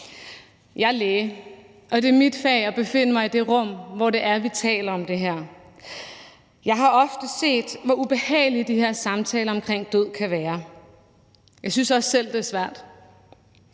Jeg er læge, og det er mit fag at befinde mig i det rum, hvor vi taler om det her. Jeg har ofte set, hvor ubehagelige de her samtaler omkring død kan være. Jeg synes også selv, det er svært,